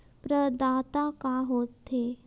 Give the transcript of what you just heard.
प्रदाता का हो थे?